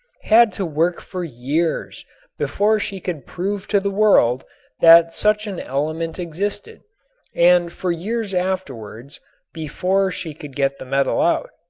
had to work for years before she could prove to the world that such an element existed and for years afterwards before she could get the metal out.